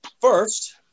First